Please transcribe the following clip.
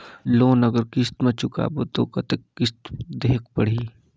Loan अगर किस्त म चुकाबो तो कतेक किस्त देहेक पढ़ही?